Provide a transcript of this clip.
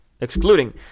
Excluding